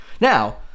Now